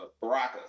Baraka